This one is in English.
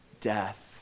death